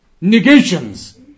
negations